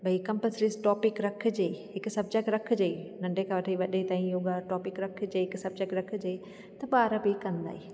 भई compulsory topic रखिजे हिकु सब्जेक्ट रखिजे ई नंढे खां वठी वॾे ताईं योगा टॉपिक रखिजे हिकु सब्जेक्ट रखिजे त ॿार बि कंदा ई